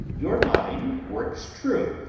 your mind works true,